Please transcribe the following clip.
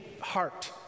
heart